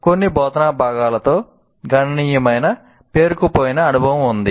కొన్ని బోధనా భాగాలతో గణనీయమైన పేరుకుపోయిన అనుభవం ఉంది